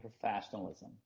professionalism